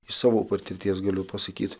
iš savo patirties galiu pasakyt